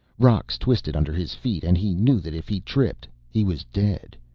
rocks twisted under his feet and he knew that if he tripped he was dead,